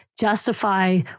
justify